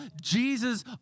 Jesus